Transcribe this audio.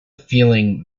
feeling